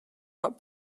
not